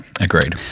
Agreed